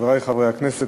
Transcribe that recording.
חברי חברי הכנסת,